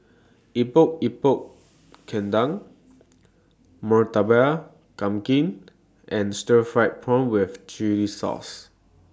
Epok Epok Kentang Murtabak Kambing and Stir Fried Prawn with Chili Sauce